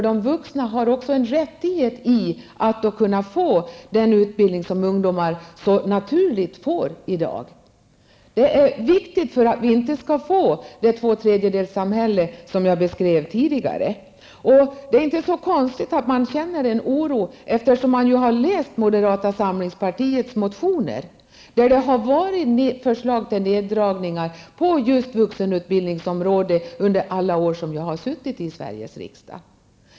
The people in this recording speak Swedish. De vuxna har också rättighet att få den utbildning som ungdomar får så naturligt i dag. Det är viktigt för att vi inte skall få det två tredjedels-samhälle som jag beskrev tidigare. Det är inte så konstigt att man känner en oro, när man har läst moderata samlingspartiets motioner. Där har det funnits förslag till neddragningar på just vuxenutbildningsområdet under alla år som jag har suttit i Sveriges riksdag.